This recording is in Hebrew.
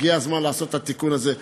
הגיע הזמן לעשות את התיקון הזה.